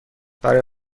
برای